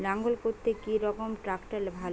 লাঙ্গল করতে কি রকম ট্রাকটার ভালো?